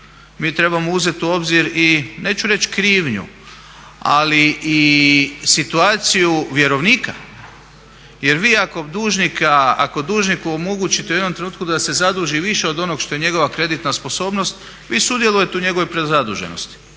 Mi trebamo uzeti u obzir i neću reći krivnju ali i situaciju vjerovnika. Jer vi ako dužniku omogućite u jednom trenutku da se zaduži više od onog što je njegova kreditna sposobnost vi sudjelujete u njegovoj prezaduženosti.